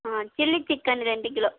ஆ chilli chicken ரெண்டு kilo